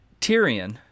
Tyrion